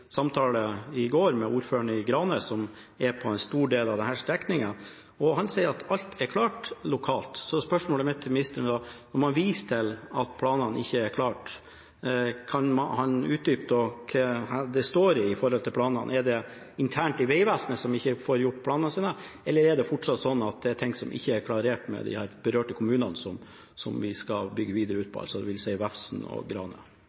i samtale med ordføreren i Grane, en kommune som dekker en stor del av denne strekningen, og han sier at alt er klart lokalt. Spørsmålet mitt til ministeren er da, når han viser til at planene ikke er klare, om han kan utdype dette: Er det Vegvesenet internt som ikke får gjort ferdig planene sine, eller er det fortsatt sånn at det er ting som ikke er klarert med de berørte kommunene, der man skal bygge ut videre, dvs. Vefsn og